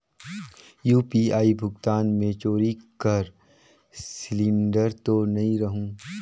UPI भुगतान मे चोरी कर सिलिंडर तो नइ रहु?